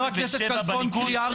חבר הכנסת כלפון, סליחה.